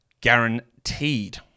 guaranteed